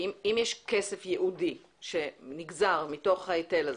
כי אם יש כסף ייעודי שנגזר מתוך ההיטל הזה,